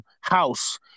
house